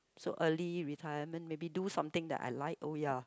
so early retirement maybe do something that I like oh ya